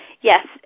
yes